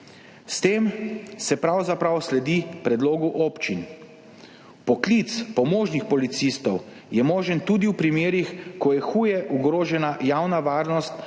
S tem se pravzaprav sledi predlogu občin. Poklic pomožnih policistov je možen tudi v primerih, ko je huje ogrožena javna varnost,